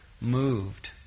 moved